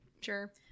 Sure